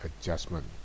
adjustment